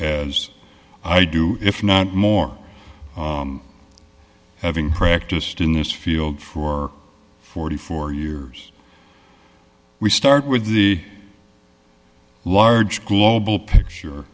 as i do if not more having practiced in this field for forty four years we start with the large global picture